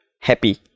happy